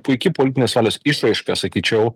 puiki politinės valios išraiška sakyčiau